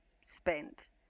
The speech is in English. spent